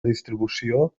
distribució